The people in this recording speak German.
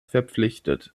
verpflichtet